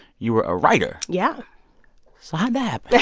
you were a writer yeah so how'd that yeah